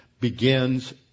begins